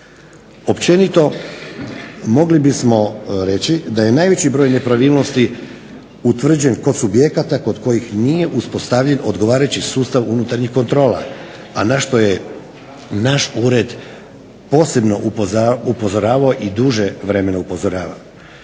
Općenito mogli bismo reći da je najveći broj nepravilnosti utvrđen kod subjekata kod kojih nije uspostavljen odgovarajući sustav unutarnjih kontrola, a na što je naš ured posebno upozoravao i duže vremena upozorava.